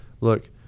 look